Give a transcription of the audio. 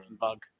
Bug